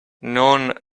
non